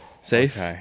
Safe